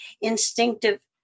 instinctive